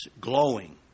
glowing